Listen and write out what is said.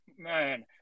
Man